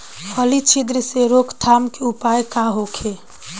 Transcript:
फली छिद्र से रोकथाम के उपाय का होखे?